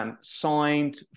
signed